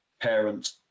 parents